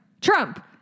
Trump